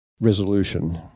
resolution